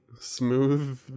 smooth